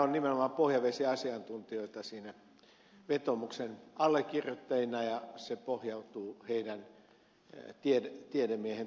seurujärvelle totean että sen vetoomuksen allekirjoittajina on nimenomaan pohjavesiasiantuntijoita ja se pohjautuu heidän käsitykseensä tiedemiehinä tutkijoina